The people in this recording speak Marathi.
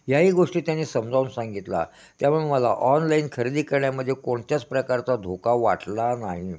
याही गोष्टी त्यांनी समजावून सांगितला त्यामुळे मला ऑनलाईन खरेदी करण्यामध्ये कोणत्याच प्रकारचा धोका वाटला नाही